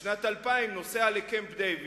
בשנת 2000 נוסע לקמפ-דייוויד,